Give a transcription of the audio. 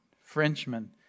Frenchmen